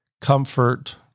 comfort